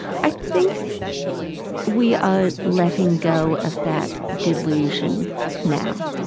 i think we are letting go of that delusion now